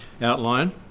outline